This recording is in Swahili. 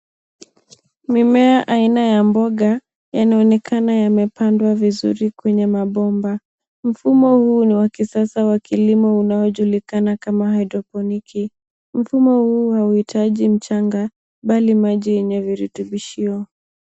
Mimea aina ya mboga yanaonekana yamepandwa vizuri kwenye mabomba mfumo huu ni wa kisasa wa kilimo unaojulikana kama hydroponiki mfumo huu hauhitaji mchanga bali maji yenye virutubishio.